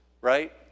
right